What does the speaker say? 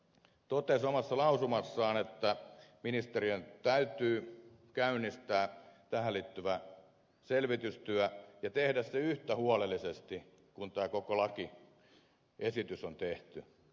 se totesi omassa lausumassaan että ministeriön täytyy käynnistää tähän liittyvä selvitystyö ja tehdä se yhtä huolellisesti kuin tämä koko lakiesitys on tehty